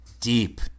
deep